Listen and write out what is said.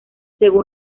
según